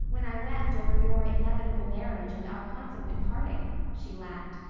when i wept over your inevitable marriage and our consequent parting, she laughed.